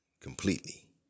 Completely